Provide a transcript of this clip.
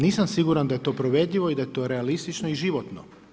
Nisam siguran da je to provedivo i da je to realistično i životno.